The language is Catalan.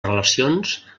relacions